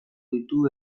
ditu